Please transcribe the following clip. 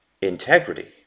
integrity